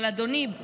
אבל אדוני,